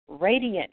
radiant